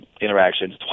interactions